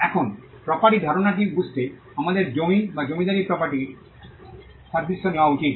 এখন প্রপার্টির ধারণাটি বুঝতে আমাদের জমি বা জমিদারি প্রপার্টির সাদৃশ্য নেওয়া উচিত